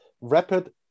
rapid